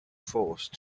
force